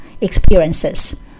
experiences